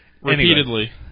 Repeatedly